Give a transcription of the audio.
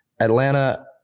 Atlanta